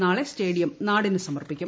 നാളെ സ്റ്റേഡ്ടിയം നാടിന് സമർപ്പിക്കും